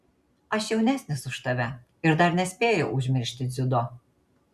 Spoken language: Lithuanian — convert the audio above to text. aš jaunesnis už tave ir dar nespėjau užmiršti dziudo